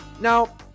Now